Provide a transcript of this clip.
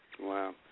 Wow